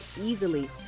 easily